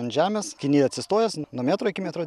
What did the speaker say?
ant žemės kai eini atsistojęs nuo metro iki metro